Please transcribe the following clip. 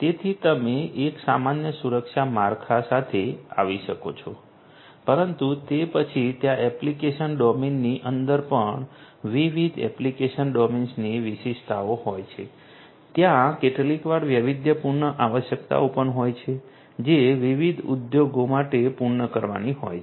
તેથી તમે એક સામાન્ય સુરક્ષા માળખા સાથે આવી શકો છો પરંતુ તે પછી ત્યાં એપ્લિકેશન ડોમેનની અંદર પણ વિવિધ એપ્લિકેશન ડોમેન્સની વિશિષ્ટતાઓ હોય છે ત્યાં કેટલીકવાર વૈવિધ્યપૂર્ણ આવશ્યકતાઓ પણ હોય છે જે વિવિધ ઉદ્યોગો માટે પૂર્ણ કરવાની હોય છે